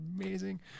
amazing